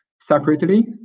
separately